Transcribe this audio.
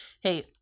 Hey